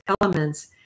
elements